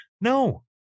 No